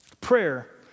Prayer